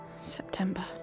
September